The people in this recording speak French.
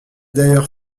d’ailleurs